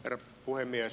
herra puhemies